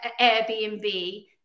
Airbnb